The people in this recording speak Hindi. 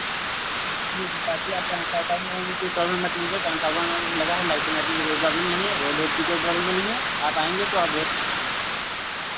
जी जी बाँकी आप ट्रांसफाफ़ार्मर ओर्मर की प्रॉब्लम मत लीजिए ट्रांसफ़ार्मर ओर्मर भी लगा है लाइटिंग वाइटिंग की कोई प्रॉब्लम नहीं है रोड ओड की कोई प्रॉब्लम वो नहीं है आप आएँगे तो आप रेट